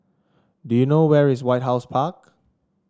do you know where is White House Park